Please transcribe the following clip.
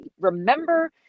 remember